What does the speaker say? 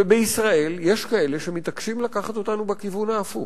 ובישראל יש כאלה שמתעקשים לקחת אותנו בכיוון ההפוך,